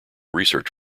research